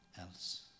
else